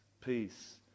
peace